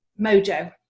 mojo